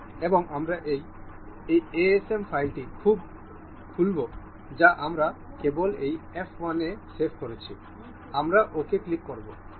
এবং আমরা সেই asm ফাইলটি খুলব যা আমরা কেবল এই f 1 এ সেভ করেছি আমরা ok ক্লিক করব